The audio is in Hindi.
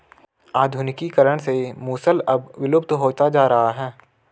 आधुनिकीकरण से मूसल अब विलुप्त होता जा रहा है